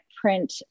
print